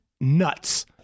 nuts